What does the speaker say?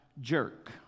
jerk